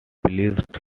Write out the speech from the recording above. pleased